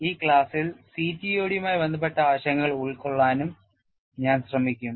ഈ ക്ലാസ്സിൽ CTOD യുമായി ബന്ധപ്പെട്ട ആശയങ്ങൾ ഉൾക്കൊള്ളാനും ഞാൻ ശ്രമിക്കും